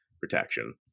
protection